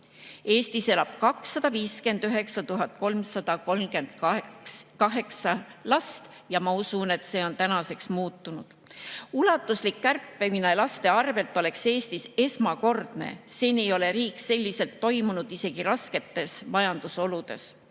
Eestis elab 259 338 last ja ma usun, et see on tänaseks muutunud. Ulatuslik kärpimine laste arvelt oleks Eestis esmakordne. Seni ei ole riik selliselt toiminud isegi rasketes majandusoludes.